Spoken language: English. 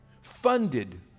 funded